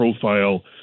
profile